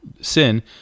sin